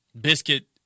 Biscuit